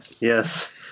Yes